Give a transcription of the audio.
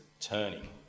turning